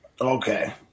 Okay